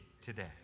today